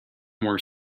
more